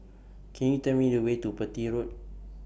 Can YOU Tell Me The Way to Petir Road